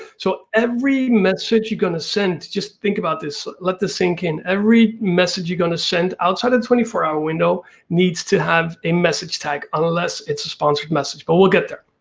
so every message you're gonna send, just think about this, let this sink in. every message you're gonna send outside of the twenty four hour window needs to have a message tag, unless it's a sponsored message, but we'll get there.